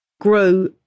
grow